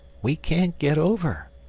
we can't get over,